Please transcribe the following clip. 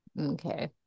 Okay